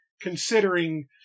considering